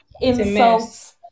insults